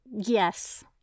Yes